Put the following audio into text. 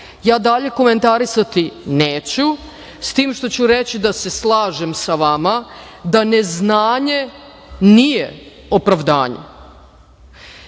dalje komentarisati neću, s tim što ću reći da se slažem sa vama da neznanje nije opravdanje